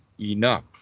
enough